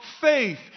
faith